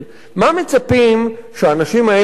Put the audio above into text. מה מצפים שהאנשים האלה יעשו?